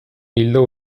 ildo